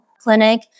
clinic